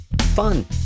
Fun